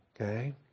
Okay